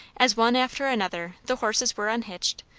as one after another the horses were unhitched,